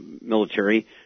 military